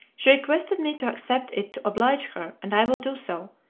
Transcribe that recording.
she requested me to accept it to oblige her, and i will do so.